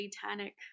satanic